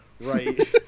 right